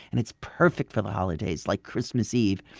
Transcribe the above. and it's perfect for holidays like christmas eve.